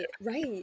right